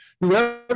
Whoever